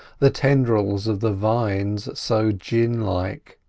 the tendrils of the vines so gin-like.